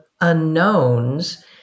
unknowns